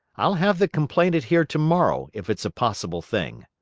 i'll have the complainant here to-morrow, if it's a possible thing.